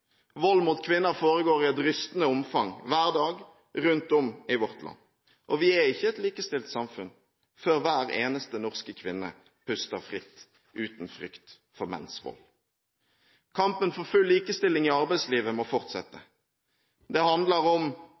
Vold mot kvinner foregår i et rystende omfang, hver dag, rundt om i vårt land. Vi er ikke et likestilt samfunn før hver eneste norske kvinne puster fritt, uten frykt for menns vold. Kampen for full likestilling i arbeidslivet må fortsette. Det handler om